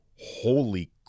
holy